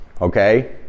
okay